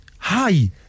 Hi